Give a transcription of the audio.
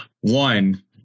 one